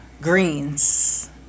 greens